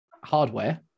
hardware